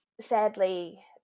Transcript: sadly